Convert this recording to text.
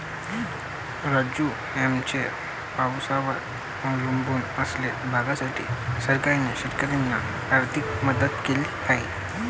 राजू, आमच्या पावसावर अवलंबून असलेल्या भागासाठी सरकारने शेतकऱ्यांना आर्थिक मदत केली आहे